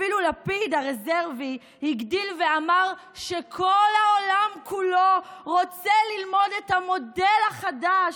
אפילו לפיד הרזרבי הגדיל ואמר שכל העולם כולו רוצה ללמוד את המודל החדש,